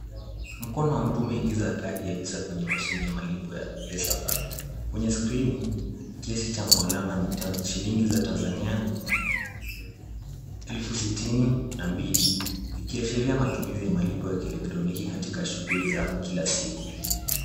Mkono wa mtu umeingiza kadi ya Visa kwenye mashini ya malipo ya Pesapal. Kwenye skrini, kiasi cha mualama ni shlingi za Tanzania elfu sitini na mbili, ikiashiria matumizi ya malipo ya kielektroniki katika shughuli za kila siku.